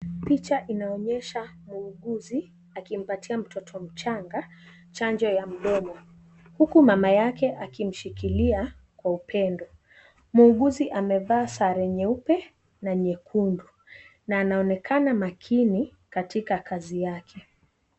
Picha inaonyesha muuguzi akimpatia mtoto mchanga chanjo ya mdomo. Huku mama yake akimshikilia kwa upendo. Muuguzi amevaa sare nyeupe na nyekundu na anaonekana makini katika kazi yake.